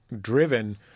driven